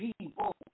people